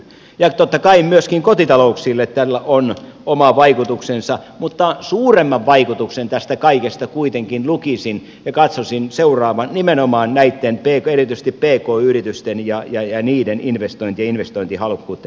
ja totta kai myöskin kotitalouksille tällä on oma vaikutuksensa mutta suuremman vaikutuksen tässä kaikessa kuitenkin lukisin ja katsoisin olevan nimenomaan erityisesti pk yrityksissä ja niiden investoinneissa ja investointihalukkuudessa